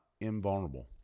invulnerable